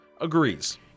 agrees